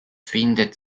findet